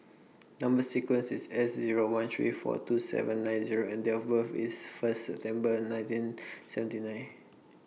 Number sequence IS S Zero one three four two seven nine Zero and Date of birth IS First September nineteen seventy nine